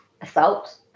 Assault